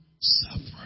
suffering